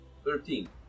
Thirteen